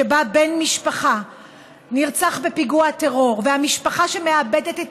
שבה בן משפחה נרצח בפיגוע טרור והמשפחה שמאבדת את